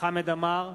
חמד עמאר,